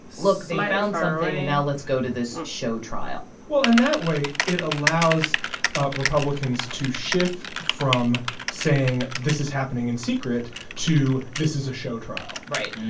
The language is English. look. they found something, and now let's go to this show trial well, and that way it allows republicans to shift from saying this is happening in secret to this is a show trial. right.